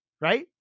right